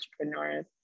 entrepreneurs